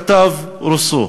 כתב רוסו.